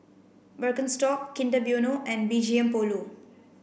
Birkenstock Kinder Bueno and B G M Polo